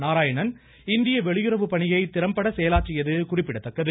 நாராயணன் இந்திய வெளியுறவு பணியை திறம்பட செயலாற்றியது குறிப்பிடத்தக்கது